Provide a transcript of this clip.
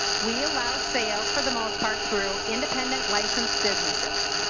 we allow sales for the most part through independent licensed businesses.